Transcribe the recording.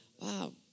Wow